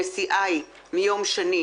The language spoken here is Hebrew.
הכנסת,